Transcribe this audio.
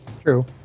True